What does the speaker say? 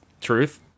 truth